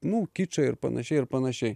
nu kičą ir panašiai ir panašiai